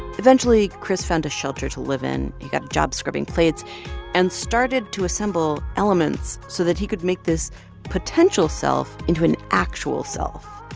eventually, chris found a shelter to live in. he got a job scrubbing plates and started to assemble elements so that he could make this potential self into an actual self.